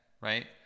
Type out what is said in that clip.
right